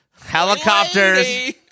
helicopters